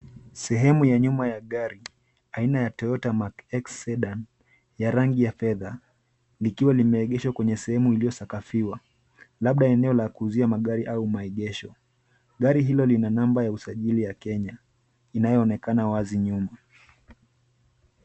Sehemu ya nyuma ya gari aina ya Toyota Mark X Sedan ya rangi ya fedha likiwa limeegeshwa kwenye sehemu iliyosakafiwa, labda eneo la kuuzia magari au maegesho. Gari hilo lina namba ya usajili ya Kenya inayoonekana wazi nyuma.